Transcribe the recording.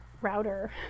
router